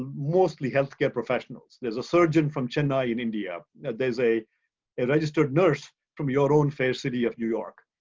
mostly healthcare professionals. there's a surgeon from chennai in india. there's a registered nurse from your own fair city of new york.